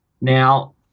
Now